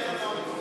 התשע"ד 2014,